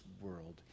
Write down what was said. world